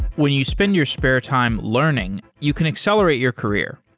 when you spend your spare time learning, you can accelerate your career.